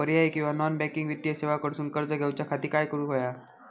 पर्यायी किंवा non banking वित्तीय सेवा कडसून कर्ज घेऊच्या खाती काय करुक होया?